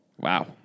Wow